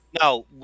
No